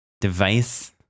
device